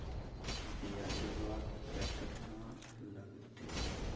ब्यजवा केतना लगते?